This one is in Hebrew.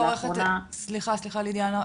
סליחה לידיה,